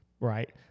Right